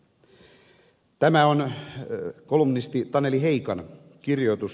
tämä on kolumnisti taneli heikan kirjoitus